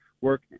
work